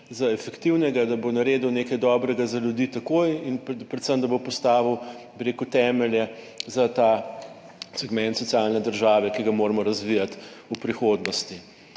za efektivnega, da bo naredil nekaj dobrega za ljudi takoj in predvsem, da bo postavil, bi rekel, temelje za ta segment socialne države, ki ga moramo razvijati v prihodnosti.